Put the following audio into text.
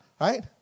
Right